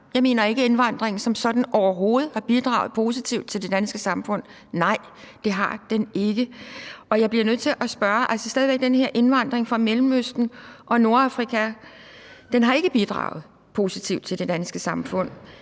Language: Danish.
Jeg mener ikke, at indvandringen som sådan overhovedet har bidraget positivt til det danske samfund. Nej, det har den ikke. Den her indvandring fra Mellemøsten og Nordafrika har ikke bidraget positivt til det danske samfund.